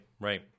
right